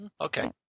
Okay